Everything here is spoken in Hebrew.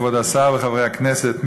כבוד השר וחברי הכנסת,